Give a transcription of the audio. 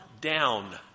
down